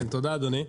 תודה, אדוני.